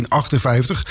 1958